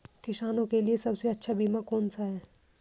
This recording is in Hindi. किसानों के लिए सबसे अच्छा बीमा कौन सा है?